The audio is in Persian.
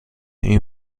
این